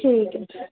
ਠੀਕ ਹੈ